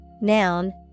Noun